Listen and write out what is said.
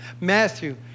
matthew